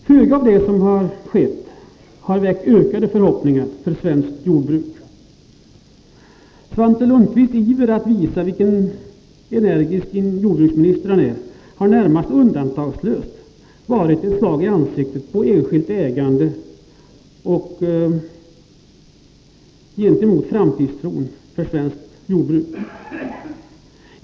Föga av det som har skett har väckt ökade förhoppningar för svenskt jordbruk. Svante Lundkvists iver att visa vilken energisk jordbruksminister han är har närmast undantagslöst varit ett slag i ansiktet på enskilt ägande och framtidstro för svenskt jordbruk.